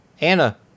Anna